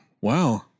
Wow